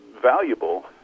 valuable